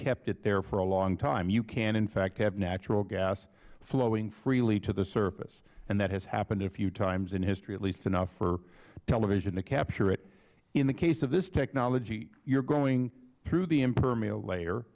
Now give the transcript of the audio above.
kept it there for a long time you can in fact have natural gas flowing freely to the surface and that has happened a few times in history at least enough for television to capture it in the case of this technology you're going through the impermeable layer